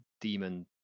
demon